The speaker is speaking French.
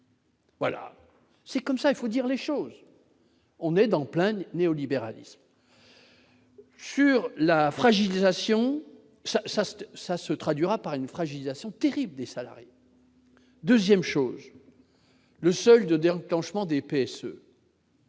Voilà, c'est comme ça, il faut dire les choses, on est dans plein néolibéralisme sur la fragilisation ça ça se ça se traduira par une fragilisation terrible des salariés. 2ème chose le solde de derme planche mens DPS.